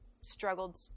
struggled